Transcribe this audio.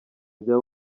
bya